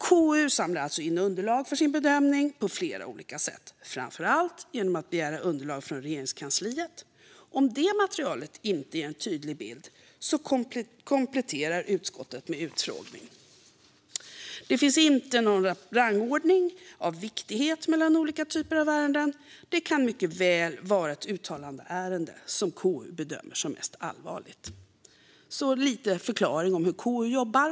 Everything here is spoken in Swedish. KU samlar alltså in underlag för sin bedömning på flera olika sätt, framför allt genom att begära underlag från Regeringskansliet. Om det materialet inte ger en tydlig bild kompletterar utskottet med utfrågning. Det finns inte någon rangordning av viktighet mellan olika typer av ärenden. Det kan mycket väl vara ett uttalandeärende som KU bedömer som mest allvarligt. Detta var alltså en liten förklaring av hur KU jobbar.